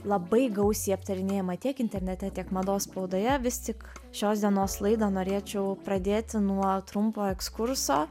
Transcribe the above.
labai gausiai aptarinėjama tiek internete tiek mados spaudoje vis tik šios dienos laidą norėčiau pradėti nuo trumpo ekskurso